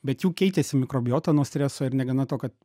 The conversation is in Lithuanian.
bet jų keitėsi mikrobiota nuo streso ir negana to kad